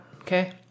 okay